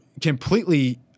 completely